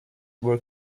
were